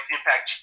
Impact